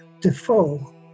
Defoe